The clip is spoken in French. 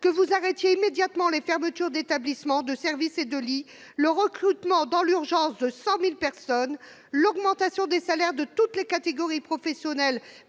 %, d'un arrêt immédiat des fermetures d'établissement, de service et de lit, du recrutement en urgence de 100 000 personnes et de l'augmentation des salaires de toutes les catégories professionnelles-